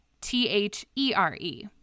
T-H-E-R-E